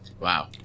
Wow